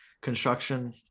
construction